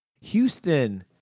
Houston